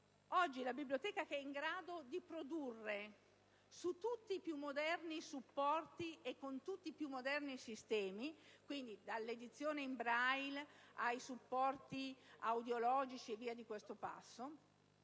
oggi la Biblioteca, che è in grado di produrre su tutti i più moderni supporti e con tutti i più moderni sistemi (dall'edizione in Braille ai supporti audiologici), si sta anche